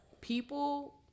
people